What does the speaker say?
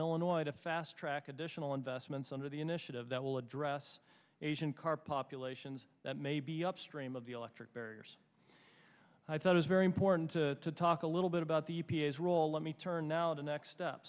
illinois to fast track additional investments under the initiative that will address asian carp populations that may be upstream of the electric barriers i thought is very important to talk a little bit about the e p a s role let me turn now to next step